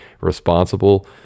responsible